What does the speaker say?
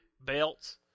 belts